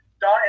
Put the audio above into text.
Don